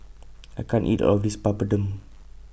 I can't eat All of This Papadum